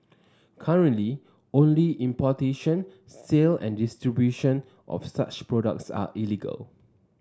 currently only importation sale and distribution of such products are illegal